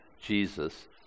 Jesus